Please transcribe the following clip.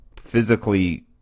physically